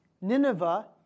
Nineveh